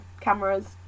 cameras